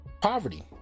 poverty